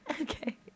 Okay